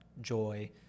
joy